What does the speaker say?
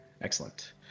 Excellent